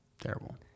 terrible